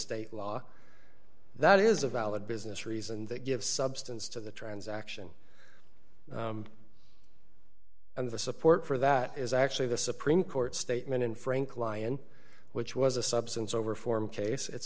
state law that is a valid business reason that gives substance to the transaction and the support for that is actually the supreme court statement in frank lyon which was a substance over form case it's